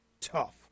tough